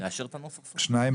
בשניים